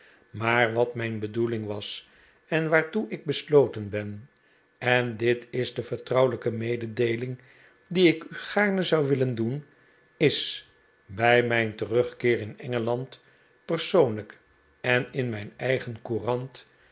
maar wat mijn bedoeling was en waartoe ik besloten ben en dit is de vertrouwelijke mededeeling die ik u gaarne zou willen doen is bij mijn terugkeer in engeland persoonlijk en in mijn eigen